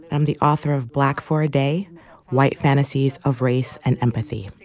i'm the author of black for a day white fantasies of race and empathy.